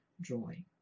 joy